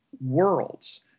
worlds